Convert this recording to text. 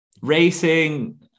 racing